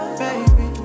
baby